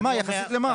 יחסית למה?